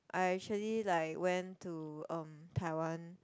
I actually like went to um Taiwan